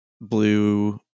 blue